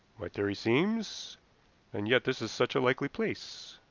my theory seems and yet this is such a likely place.